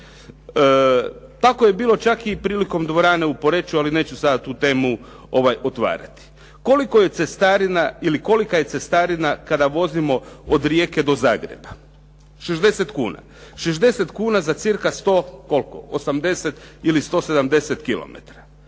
Tako je bilo čak i prilikom dvorane u Poreču, ali neću sada tu temu otvarati. Kolika je cestarina kada vozimo od Rijeke do Zagreba? 60 kuna. 60 kuna za cca 180 ili 170 km, a